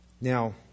Now